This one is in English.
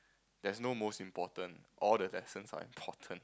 there's no most important all the lessons are important